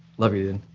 love you, dude.